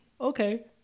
Okay